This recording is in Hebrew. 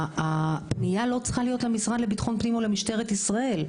אבל הפנייה לא צריכה להיות למשרד לביטחון הפנים או למשטרת ישראל,